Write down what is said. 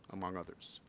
among others.